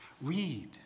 Read